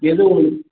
எதுவும்